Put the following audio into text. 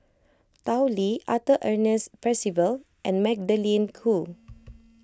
Tao Li Arthur Ernest Percival and Magdalene Khoo